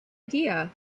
idea